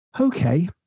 okay